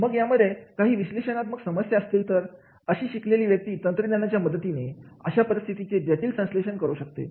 मग यामध्ये काही विश्लेषणात्मक समस्या असतील तर अशी शिकलेली व्यक्ती तंत्रज्ञानाच्या मदतीने अशा परिस्थितीचे जटिल संश्लेषण करू शकते